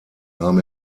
nahm